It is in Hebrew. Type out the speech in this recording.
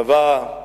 צבא,